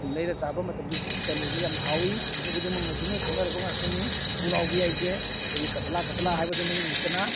ꯂꯩꯔꯥ ꯆꯥꯕ ꯃꯇꯝꯗꯣ ꯁꯤꯒꯤ ꯀꯩꯅꯣꯁꯦ ꯌꯥꯝꯅ ꯍꯥꯎꯏ ꯃꯤꯄꯨꯝ ꯈꯨꯗꯤꯡꯃꯛꯅꯁꯨ ꯂꯣꯏꯅ ꯈꯪꯅꯔꯕ ꯉꯥꯛꯇꯅꯤ ꯄꯨꯛꯂꯥꯎꯕꯤ ꯍꯥꯏꯁꯦ ꯑꯩꯈꯣꯏꯒꯤ ꯀꯇꯥꯂꯥ ꯀꯇꯥꯂꯥ ꯍꯥꯏꯕꯗꯨꯅꯤ ꯏꯪꯂꯤꯁꯇꯅ